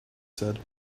said